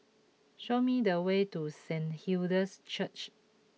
show me the way to Saint Hilda's Church